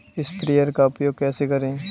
Sprayer का उपयोग कैसे करें?